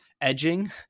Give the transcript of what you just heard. edging